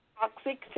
toxic